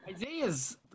Isaiah's